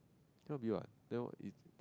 cannot be what then what is